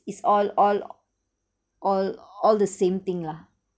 it's all all all all the same thing lah